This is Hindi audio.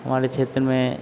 हमारे क्षेत्र में